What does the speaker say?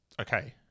okay